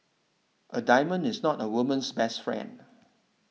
a diamond is not a woman's best friend